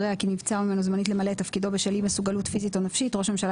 א את תפקידו בשל אי מסוגלות פיזית או נפשית ראש הממשלה